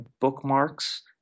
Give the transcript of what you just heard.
bookmarks